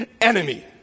enemy